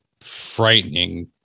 frightening